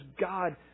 God